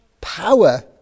power